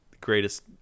greatest